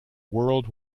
world